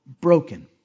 broken